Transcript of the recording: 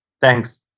Thanks